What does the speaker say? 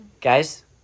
Guys